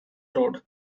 road